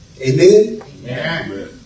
Amen